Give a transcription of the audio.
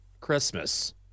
Christmas